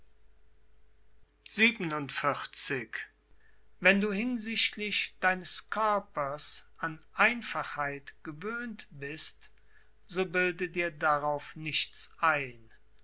wenn du hinsichtlich deines körpers an einfachheit gewöhnt bist so bilde dir darauf nichts ein